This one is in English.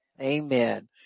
Amen